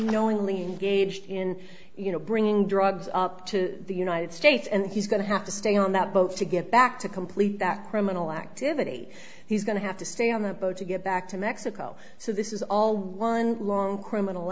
knowingly gauged in you know bringing drugs up to the united states and he's going to have to stay on that boat to get back to complete that criminal activity he's going to have to stay on the boat to get back to mexico so this is all one long criminal